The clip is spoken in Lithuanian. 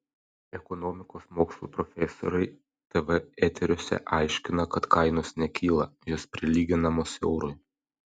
ekonomikos mokslų profesoriai tv eteriuose aiškina kad kainos nekyla jos prilyginamos eurui